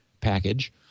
package